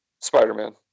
Spider-Man